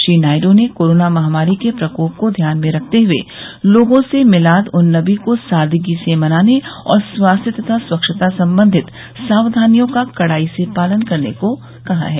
श्री नायडू ने कोरोना महामारी के प्रकोप को ध्यान में रखते हुए लोगों से मिलाद उन नबी को सादगी से मनाने और स्वास्थ्य तथा स्वच्छता से संबंधित सावधानियों का कड़ाई से पालन करने को कहा है